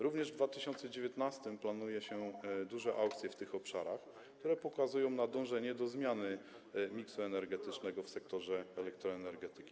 Również w 2019 r. planuje się duże aukcje w tych obszarach, które wskazują na dążenie do zmiany miksu energetycznego w sektorze elektroenergetyki.